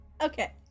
Okay